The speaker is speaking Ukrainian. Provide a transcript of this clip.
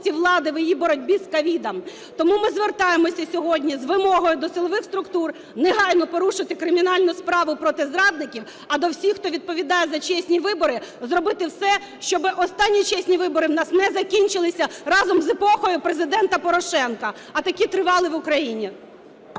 влади в її боротьбі з COVID. Тому ми звертаємося сьогодні з вимогою до силових структур негайно порушити кримінальну справу проти зрадників, а до всіх, хто відповідає за чесні вибори – зробити все, щоб останні чесні вибори в нас не закінчилися разом з епохою Президента Порошенка, а таки тривали в Україні.